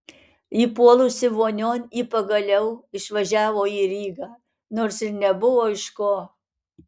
įpuolusi vonion ji pagaliau išvažiavo į rygą nors ir nebuvo iš ko